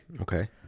okay